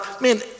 man